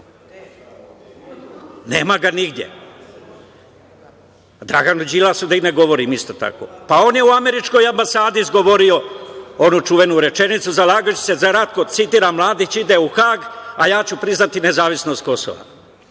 Nema ga nigde. O Draganu Đilasu da i ne govorim, isto tako. Pa on je u Američkoj ambasadi izgovorio onu čuvenu rečenicu – „zalagaću se za rat“, citiram, „Mladić ide u Hag, a ja ću priznati nezavisnost Kosova“.